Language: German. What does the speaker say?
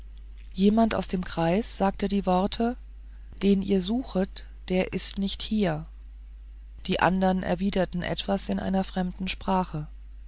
jemand aus dem kreis sagte die worte den ihr suchet der ist nicht hier die andern erwiderten etwas in einer fremden sprache